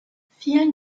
vielen